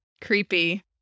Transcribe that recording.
Creepy